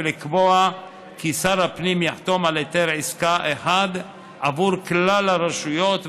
ולקבוע כי שר הפנים יחתום על היתר עסקה אחד עבור כלל הרשויות,